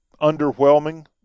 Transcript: underwhelming